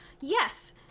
Yes